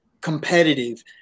competitive